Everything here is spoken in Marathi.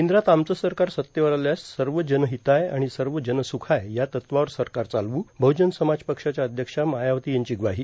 केंद्रात आमचं सरकार सत्तेवर आल्यास सर्व जनहिताय आणि सर्व जनसुखाय या तत्वावर सरकार चालवु बहुजनसमाज पक्षाच्या अध्यक्षा मायावती यांची ग्वाही